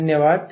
धन्यवाद